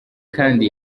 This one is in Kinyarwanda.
kandi